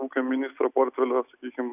ūkio ministro portfelio sakykim